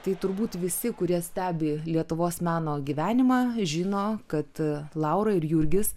tai turbūt visi kurie stebi lietuvos meno gyvenimą žino kad laura ir jurgis